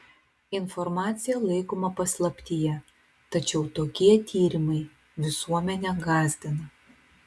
informacija laikoma paslaptyje tačiau tokie tyrimai visuomenę gąsdina